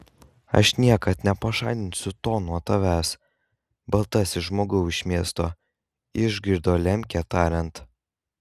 aš niekad nepašalinsiu to nuo tavęs baltasis žmogau iš miesto išgirdo lemkę tariant